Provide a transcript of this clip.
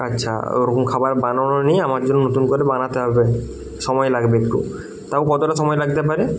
আচ্ছা ওরকম খাবার বানানো নেই আমার জন্য নতুন করে বানাতে হবে সময় লাগবে একটু তাও কতটা সময় লাগতে পারে